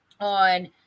on